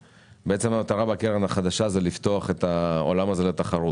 המטרה של הקרן החדשה היא לפתוח את העולם הזה לתחרות,